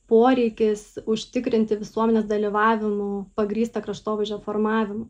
poreikis užtikrinti visuomenės dalyvavimo pagrįsta kraštovaizdžio formavimu